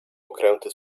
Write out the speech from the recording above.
okręty